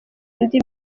indi